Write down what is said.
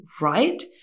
right